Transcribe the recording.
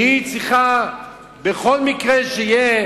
שהיא צריכה בכל מקרה שיהיה